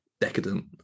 decadent